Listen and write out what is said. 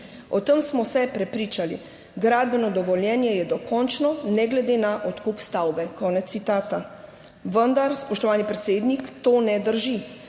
O tem smo se prepričali. Gradbeno dovoljenje je dokončno ne glede na odkup stavbe.« Konec citata. Vendar, spoštovani predsednik, to ne drži.